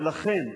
ולכן,